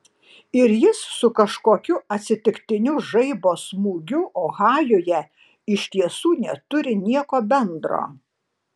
ir jis su kažkokiu atsitiktiniu žaibo smūgiu ohajuje iš tiesų neturi nieko bendro